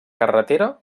carretera